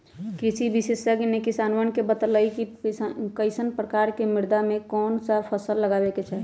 कृषि विशेषज्ञ ने किसानवन के बतल कई कि कईसन प्रकार के मृदा में कौन सा फसल लगावे के चाहि